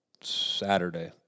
Saturday